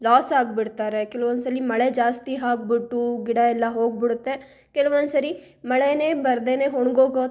loss ಆಗಿಬಿಡ್ತಾರೆ ಕೆಲವೊಂದು ಸಲ ಮಳೆ ಜಾಸ್ತಿ ಆಗ್ಬಿಟ್ಟು ಗಿಡಯೆಲ್ಲಾ ಹೋಗಿಬಿಡುತ್ತೆ ಕೆಲವೊಂದ್ಸರಿ ಮಳೆಯೇ ಬರ್ದೇ ಒಣ್ಗೋಗೋ